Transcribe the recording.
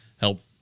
help